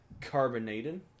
carbonated